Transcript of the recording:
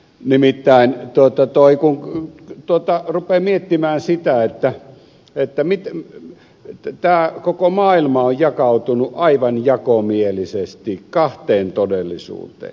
nimittäin kun rupeaa miettimään sitä että tämä koko maailma on jakautunut aivan jakomielisesti kahteen todellisuuteen